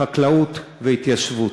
חקלאות והתיישבות.